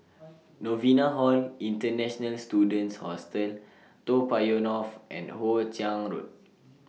Novena Hall International Students Hostel Toa Payoh North and Hoe Chiang Road